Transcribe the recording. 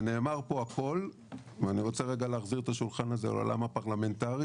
ונאמר פה הכל ואני רוצה רגע להחזיר את השולחן הזה לעולם הפרלמנטרי